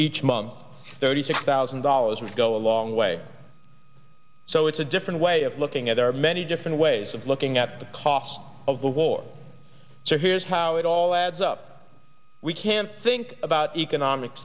each mom thirty six thousand dollars would go a long way so it's a different way of looking at there are many different ways of looking at the cost of the war so here's how it all adds up we can't think about economic